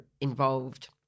involved